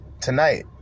tonight